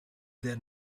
their